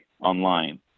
online